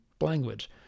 language